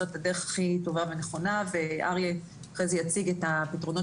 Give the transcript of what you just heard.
את הדרך הכי טובה ונכונה ואריה אחרי זה יציג את הפתרונות